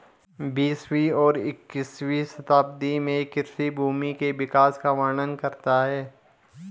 बीसवीं और इक्कीसवीं शताब्दी में कृषि भूमि के विकास का वर्णन करता है